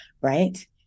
right